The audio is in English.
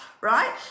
right